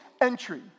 entry